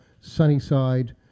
Sunnyside